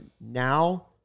now